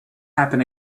happen